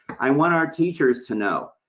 i want our teachers to know,